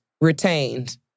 retained